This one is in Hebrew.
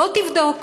בוא תבדוק,